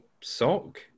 sock